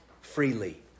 freely